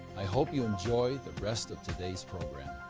i hope you enjoy the rest of today's program.